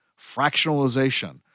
Fractionalization